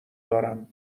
دارم